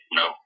no